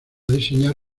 diseñar